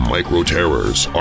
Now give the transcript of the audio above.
Micro-Terrors